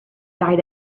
died